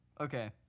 Okay